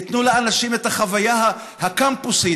ייתנו לאנשים את החוויה הקמפוסית,